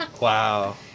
Wow